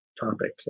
topic